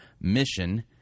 mission